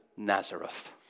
Nazareth